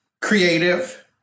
Creative